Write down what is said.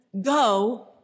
go